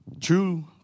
true